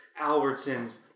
Albertsons